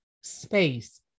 space